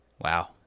wow